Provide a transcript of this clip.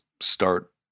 start